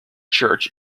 church